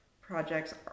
projects